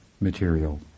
material